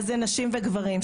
אז זה נשים וגברים,